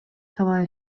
таба